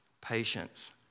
patience